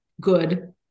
good